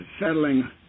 settling